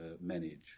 manage